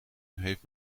heeft